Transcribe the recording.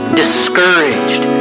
discouraged